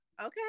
Okay